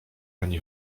ani